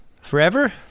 forever